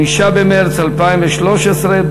5 במרס 2013,